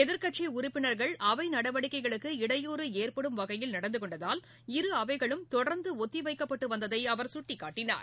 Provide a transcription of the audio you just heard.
எதிர்கட்சி உறுப்பினர்கள் அவை நடவடிக்கைகளுக்கு இடையூறு ஏற்படும் வகையில் நடந்து கொண்டதால் இரு அவைகளும் தொடர்ந்து ஒத்திவைக்கப்பட்டு வந்ததை அவர் சுட்டிக்காட்டினார்